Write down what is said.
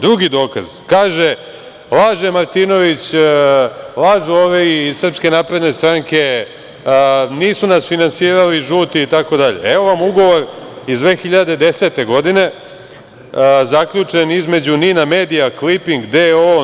Drugi dokaz, kaže – laže Martinović, lažu ovi iz SNS, nisu nas finansirali žuti itd, evo vam ugovor iz 2010. godine zaključen između „Ninamedia Kliping“ d.o.o.